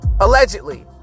allegedly